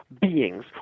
beings